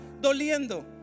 doliendo